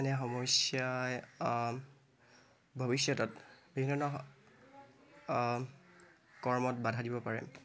এনে সমস্যাই ভৱিষ্যতত বিভিন্ন কৰ্মত বাধা দিব পাৰে